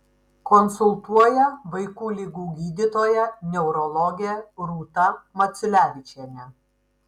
konsultuoja vaikų ligų gydytoja neurologė rūta maciulevičienė